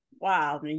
Wow